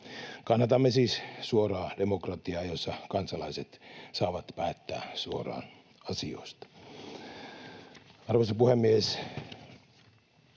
Kannatamme siis suoraa demokratiaa, jossa kansalaiset saavat päättää suoraan asioista. Arvoisa puhemies!